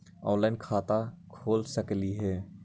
Online खाता खोल सकलीह?